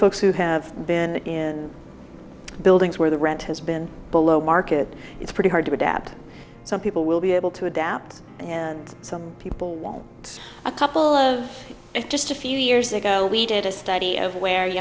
folks who have been in buildings where the rent has been below market it's pretty hard to adapt some people will be able to adapt and some people will say a couple of it just a few years ago we did a study of where y